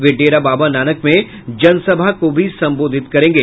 वे डेरा बाबा नानक में जनसभा को भी संबोधित करेंगे